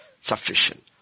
sufficient